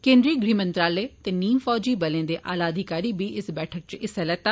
केन्द्री ग़ह मंत्रालय ते नीम फौजी बलें दे आला अधिकारिएं बी इस बैठक च हिस्सा लैता